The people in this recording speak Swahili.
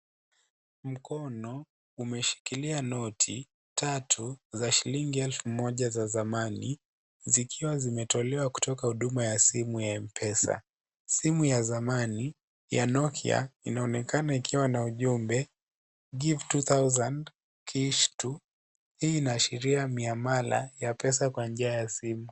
Mkono umeshikilia noti tatu za shilingi elfu moja za zamani, zikiwa zimetolewa kutoka huduma ya simu ya Mpesa. Simu ya zamani, ya Nokia, inaonekana ikiwa na ujumbe, Give 2000 cash to hii inaashiria miamala ya pesa kwa njia ya simu.